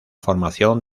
formación